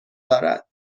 دارد